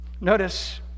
Notice